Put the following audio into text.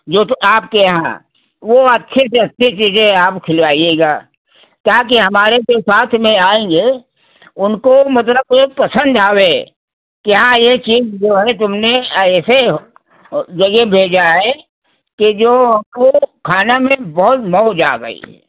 जो आपके यहाँ वो अच्छे से अच्छी चीजें आप खिलवाइएगा क्या कि हमारे जो साथ में आएंगे उनको मतलब ये पसंद आवे क्या ये चीज जो है तुमने ऐसे जगह भेजा है कि जो हमको खाना में बहुत मौज आ गई